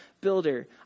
builder